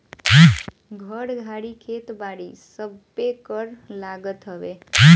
घर, गाड़ी, खेत बारी सबपे कर लागत हवे